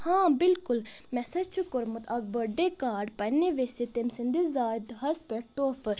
ہاں بالکُل مےٚ ہسا چھُ کوٚرمُت اکھ بٔرڈے کاڈ پننہِ وٮ۪سہِ تٔمۍ سٕنٛدِس زاہ دۄہس پٮ۪ٹھ توفہٕ